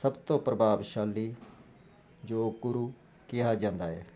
ਸਭ ਤੋਂ ਪ੍ਰਭਾਵਸ਼ਾਲੀ ਯੋਗ ਗੁਰੂ ਕਿਹਾ ਜਾਂਦਾ ਹੈ